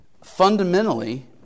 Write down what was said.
Fundamentally